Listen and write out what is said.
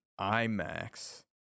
IMAX